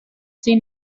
sin